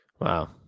Wow